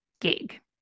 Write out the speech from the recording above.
gig